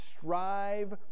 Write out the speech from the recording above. strive